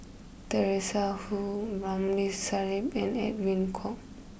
Teresa Hsu Ramli Sarip and Edwin Koek